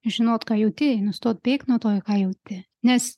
žinot ką jauti nustot bėgt nuo to ką jauti nes